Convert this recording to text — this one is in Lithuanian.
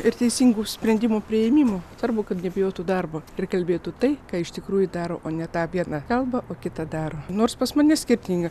ir teisingų sprendimų priėmimo svarbu kad nebijotų darbo ir kalbėtų tai ką iš tikrųjų daro o ne tą biedną kalba o kitą daro nors pas mane skirtingai